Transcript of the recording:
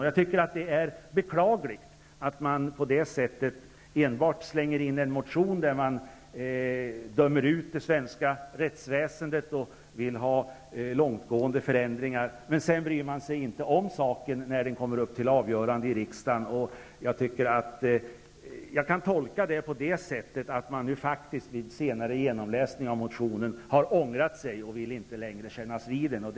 Jag tycker att det är beklagligt att man enbart så att säga slänger in en motion i vilken man dömer ut det svenska rättsväsendet och vill ha långtgående förändringar men sedan inte bryr sig om saken när den kommer upp till avgörande i riksdagen. Jag kan tolka detta som att han vid en senare genomläsning av motionen har ångrat sig och inte längre vill kännas vid den.